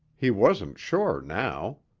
he wasn't sure now.